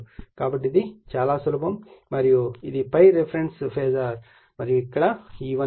కాబట్టి ఇది చాలా సులభం మరియు ఇది ∅ రిఫరెన్స్ ఫాజర్ మరియు E1 ఇక్కడ ఇవ్వబడింది